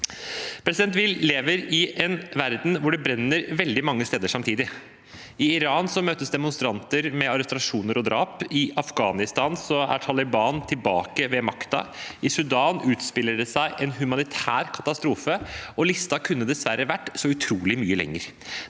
Vi lever i en verden hvor det brenner veldig mange steder samtidig. I Iran møtes demonstranter med arrestasjoner og drap, i Afghanistan er Taliban tilbake ved makten, i Sudan utspiller det seg en humanitær katastrofe – og listen kunne dessverre vært så utrolig mye lenger.